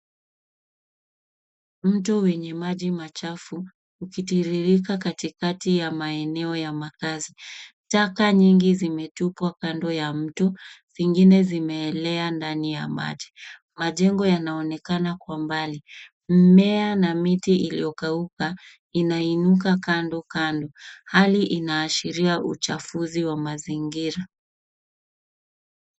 Mto wenye maji machafu, ukitiririka katikati ya maeneo ya makazi. Taka nyingi zimetupwa kando ya mto, zingine zimeelea ndani ya maji. Majengo yanaonekana kwa mbali, mimea na miti iliyokauka inainuka kandokando. Hali inaashiria uchafuzi wa mazingira.